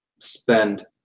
spend